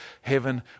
heaven